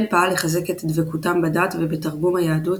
כן פעל לחזק את דבקותם בדת ובתרבות היהודית,